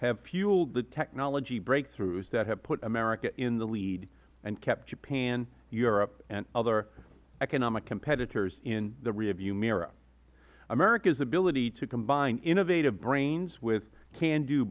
have fueled the technology breakthroughs that have put america in the lead and kept japan europe and other economic competitors in the rearview mirror america's ability to combine innovative brains with can do